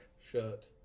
shirt